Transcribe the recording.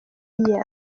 year